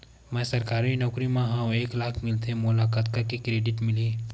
मैं सरकारी नौकरी मा हाव एक लाख मिलथे मोला कतका के क्रेडिट मिलही?